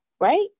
Right